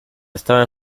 estaba